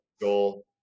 goal